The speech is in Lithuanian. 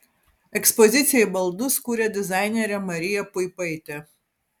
ekspozicijai baldus kuria dizainerė marija puipaitė